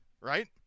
right